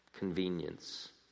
convenience